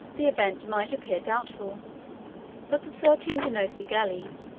the event might appear doubtful but the thirteen genoese galleys,